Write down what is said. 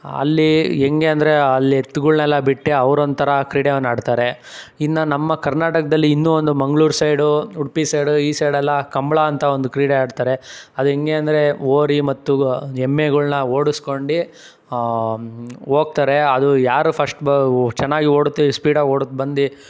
ಅಲ್ಲಿ ಹೆಂಗೆ ಅಂದರೆ ಅಲ್ಲಿ ಎತ್ತುಗಳ್ನೆಲ್ಲ ಬಿಟ್ಟು ಅವ್ರು ಒಂಥರ ಕ್ರೀಡೆವನ್ನು ಆಡ್ತಾರೆ ಇನ್ನು ನಮ್ಮ ಕರ್ನಾಟಕದಲ್ಲಿ ಇನ್ನೂ ಒಂದು ಮಂಗ್ಳೂರು ಸೈಡು ಉಡುಪಿ ಸೈಡು ಈ ಸೈಡೆಲ್ಲ ಕಂಬಳ ಅಂತ ಒಂದು ಕ್ರೀಡೆ ಆಡ್ತಾರೆ ಅದು ಹೆಂಗೆ ಅಂದರೆ ಹೋರಿ ಮತ್ತು ಎಮ್ಮೆಗಳ್ನ ಓಡಿಸ್ಕೊಂಡಿ ಹೋಗ್ತಾರೆ ಅದು ಯಾರು ಫಸ್ಟ್ ಬ್ ಚೆನ್ನಾಗಿ ಓಡುತ್ತೆ ಸ್ಪೀಡಾಗಿ ಓಡುತ್ತೆ ಬಂದು